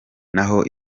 n’aho